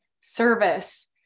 service